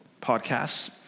podcasts